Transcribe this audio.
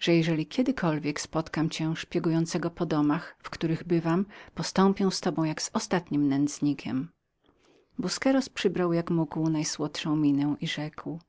że jeżeli kiedykolwiek spotkam cię szpiegującego po domach w których bywam postąpię z tobą jak z ostatnim nędznikiem busqueros przybrał jak mógł najsłodszą postać i rzekł